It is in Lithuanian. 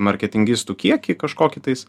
marketingistų kiekį kažkokį tais